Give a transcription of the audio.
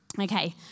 Okay